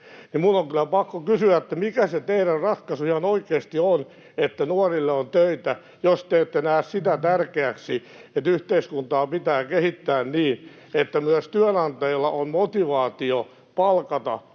Minun on kyllä pakko kysyä, mikä se teidän ratkaisunne ihan oikeasti on siihen, että nuorille on töitä, jos te ette näe sitä tärkeäksi, että yhteiskuntaa pitää kehittää niin, että myös työnantajilla on motivaatio palkata